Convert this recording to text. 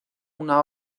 una